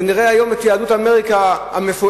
ונראה היום את יהדות אמריקה המפוארת,